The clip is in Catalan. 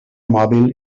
mòbil